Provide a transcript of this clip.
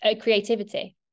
creativity